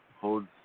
holds